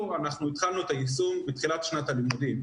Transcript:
אנחנו התחלנו את היישום בתחילת שנת הלימודים.